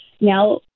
now